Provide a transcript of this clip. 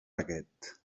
aquest